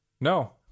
No